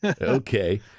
okay